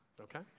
okay